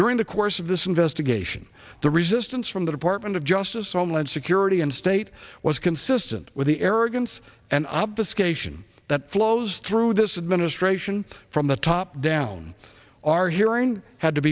during the course of this investigation the resistance from the department of justice on land security and state was consistent with the arrogance and obfuscation that flows through this administration from the top down our hearing had to